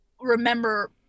remember